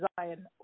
Zion